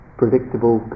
predictable